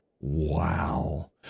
wow